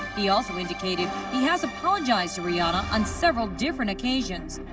he also indicated he has apologized to rihanna on several different occasions.